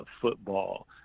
football